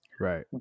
Right